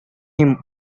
him